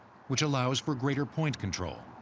which allows for greater point control.